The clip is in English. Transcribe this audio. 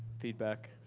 feedback,